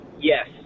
Yes